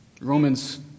Romans